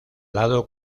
lado